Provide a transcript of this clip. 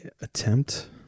attempt